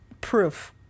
proof